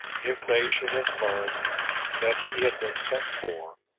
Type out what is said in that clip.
if they should have learned that he had been sent for,